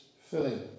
filling